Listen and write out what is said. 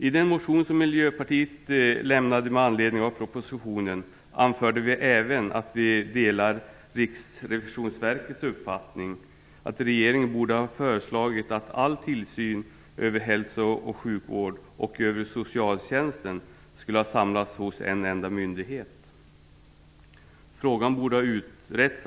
I den motion som Miljöpartiet väckt med anledning av propositionen anför vi att vi delar Riksrevisionsverkets uppfattning att regeringen borde ha föreslagit att all tillsyn över hälso och sjukvård och över socialtjänsten skulle ha samlats hos en enda myndighet. Vi anser att den frågan borde ha utretts.